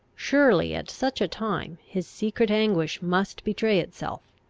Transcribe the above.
surely at such a time his secret anguish must betray itself.